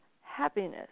happiness